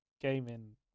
gaming